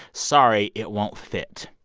sorry, it won't fit.